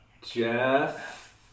Jeff